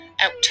out